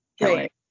Right